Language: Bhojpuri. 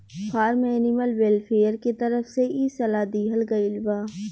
फार्म एनिमल वेलफेयर के तरफ से इ सलाह दीहल गईल बा